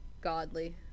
godly